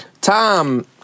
Tom